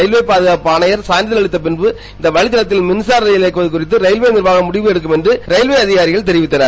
railway பாதுகாப்பு ஆணையர் சான்றிதழ் அளித்த பிறகு இந்த வழித்தடத்தில் மின்சார ரயில் இயக்கவது குறித்து ராயில்வே நிர்வாகம் முடிவெடுத்தம் என்று ரயில்வே அதிகாரிகள் தெரிவித்தனர்